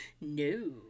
No